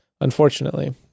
unfortunately